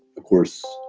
of course,